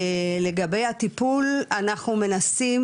לגבי הטיפול, אנחנו מנסים,